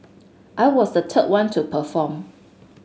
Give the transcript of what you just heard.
I was the third one to perform